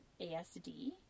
ASD